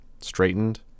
straightened